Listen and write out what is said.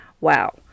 Wow